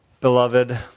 Beloved